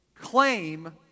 claim